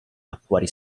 acquari